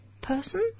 person